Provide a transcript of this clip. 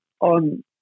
on